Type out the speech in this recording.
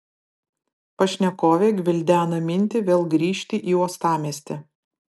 pašnekovė gvildena mintį vėl grįžti į uostamiestį